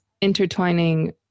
intertwining